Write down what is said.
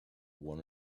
one